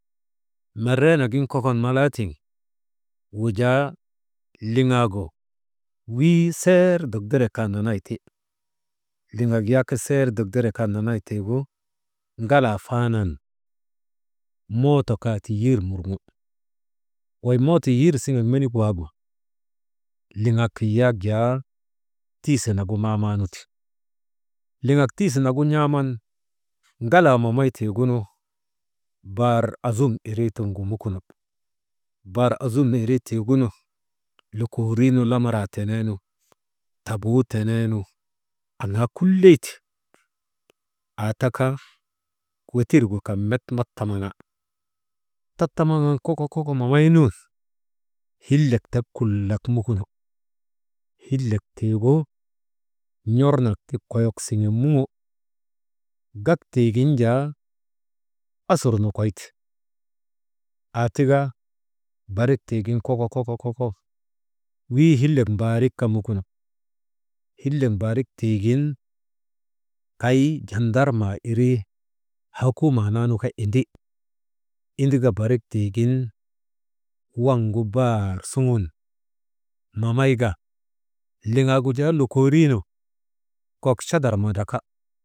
Mereena gin kokon mamaatiŋ wujaa liŋaagu wii seer dokdere kaa nanayti, liŋak yak wii seer dokdere kaa nanay tiigu ŋalaa faanan mooto kaa ti yir murŋo wey mooto yir siŋek menik waagu liŋak yak jaa tiisi nagu maamaanu ti, liŋak tiisi nagu n̰aaman ŋalaa mamaytiigunu, baar azum irii tiŋgu mukuno baar azum irii tiigunu lokoorii nu lamaraa teneenu tabuu teneenu aŋaa kulley ti aataka wetir gukan met mattamaŋan koko koko mamaynun hillek tek kulak mukuno, hillek tiigu n̰ornak ti koyek siŋen muŋo gak tiigin jaa asur nokoy ti, bariktii gin koko, koko wii hillek baarik kaa mukuno hillek mbaarik tiigin kay jandarmaa hokumaa naanu kaa indi, Indika barik tiigin waŋgu baar suŋun mamayka liŋaagu jaa lokooriinu kok chadar mandrake.